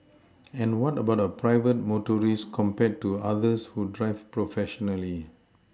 and what about a private motorist compared to others who drive professionally